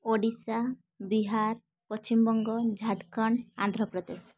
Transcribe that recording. Odisha Bihar Paschimbanga Jharkhand Andhra Pradesh